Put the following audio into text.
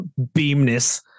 beamness